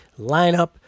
lineup